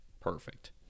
Perfect